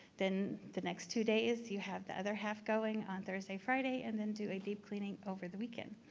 then the next two days you have the other half going on thursday, friday, and then do a deep cleaning over the weekend.